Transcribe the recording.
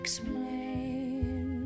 Explain